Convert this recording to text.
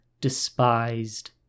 despised